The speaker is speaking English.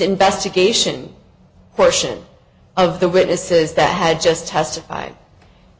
investigation question of the witnesses that had just testified